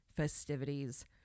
Festivities